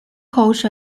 coach